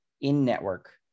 in-network